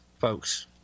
folks